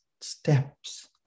steps